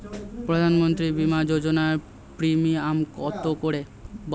প্রধানমন্ত্রী বিমা যোজনা প্রিমিয়াম কত করে?